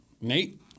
Nate